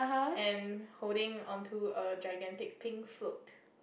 and holding onto a gigantic pink float